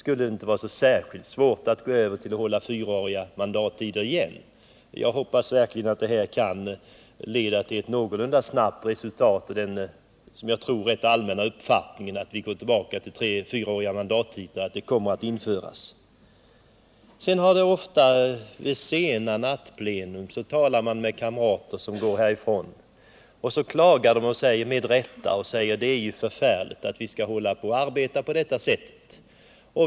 Jag hoppas verkligen att utredningen sker snabbt och därmed kan leda till ett resultat. Jag tror nämligen att det är en allmän uppfattning att fyraåriga mandatperioder bör återinföras. Efter sena nattplena har jag många gånger talat med kamrater som klagat, med rätta, och sagt: Det är ju förfärligt att vi skall hålla på och arbeta på detta sätt.